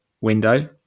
window